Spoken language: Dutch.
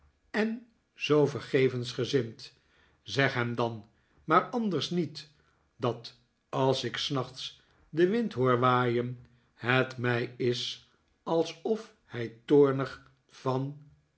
en zoo vergevensgezind zeg hem dan maar anders niet dat als ik s nachts den wind hoor waaien het mij is alsof hij toornig van